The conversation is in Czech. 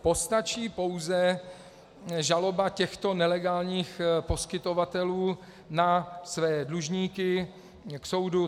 Postačí pouze žaloba těchto nelegálních poskytovatelů na své dlužníky k soudu.